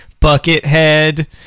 Buckethead